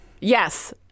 Yes